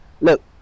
look